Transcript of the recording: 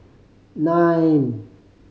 nine